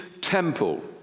temple